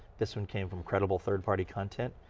this one came from credible third party content.